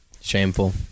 Shameful